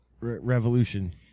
Revolution